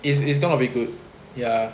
it's it's gonna be good ya